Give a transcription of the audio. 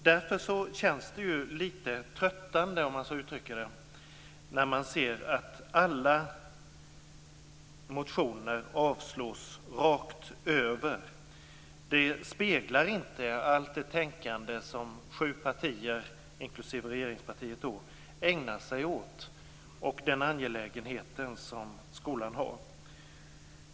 Därför känns det litet tröttande när man ser att alla motioner avstyrks rakt över. Det speglar inte allt det tänkande som sju partier, inklusive regeringspartiet, ägnar sig åt och den angelägenhet som skolan har.